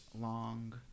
Long